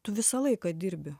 tu visą laiką dirbi